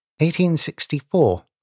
1864